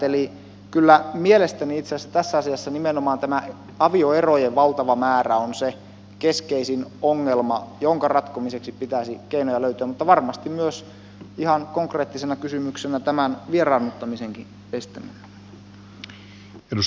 eli kyllä mielestäni itse asiassa tässä asiassa nimenomaan tämä avioerojen valtava määrä on se keskeisin ongelma jonka ratkomiseksi pitäisi keinoja löytyä mutta varmasti myös ihan konkreettisena kysymyksenä tämän vieraannuttamisenkin estäminen